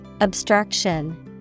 Obstruction